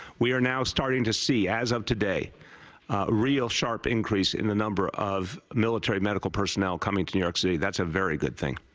we are now starting to see as of today real sharp increase in the number of military medical personnel coming to new york city and that's a very good thing.